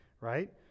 right